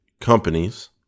companies